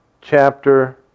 chapter